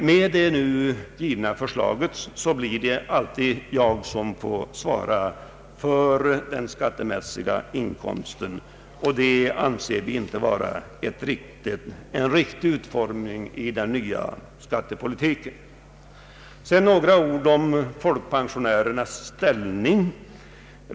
Med de nu föreslagna reglerna blir det alltid jag som skattemässigt får svara för inkomsten. Vi anser inte det vara en riktig utformning av den nya skattepolitiken. Sedan vill jag säga något om folkpensionärernas ställning.